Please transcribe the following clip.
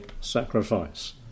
sacrifice